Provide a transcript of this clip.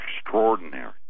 extraordinary